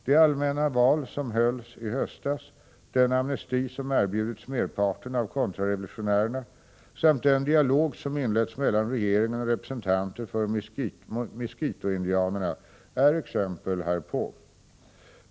De allmänna val som hölls i höstas, den amnesti som erbjudits merparten av kontrarevolutionärerna samt den dialog som inletts mellan regeringen och representanter för miskitoindianerna är exempel härpå.